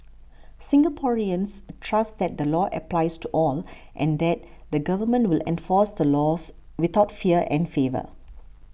Singaporeans trust that the law applies to all and that the government will enforce the laws without fear and favour